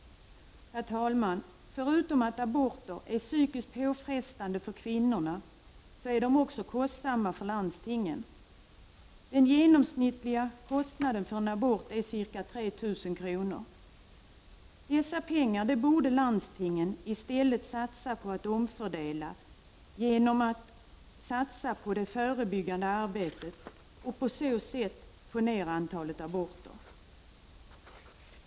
Herr talman! Förutom att aborter är psykiskt påfrestande för kvinnorna, så är de också kostsamma för landstingen. Den genomsnittliga kostnaden för en abort är ca 3 000 kronor. Dessa pengar borde landstingen i stället omfördela genom att satsa på förebyggande arbete och på så sätt få ned antalet aborter.